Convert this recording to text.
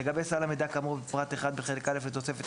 לגבי סל המידע כאמור בפרט 1 בחלק א' לתוספת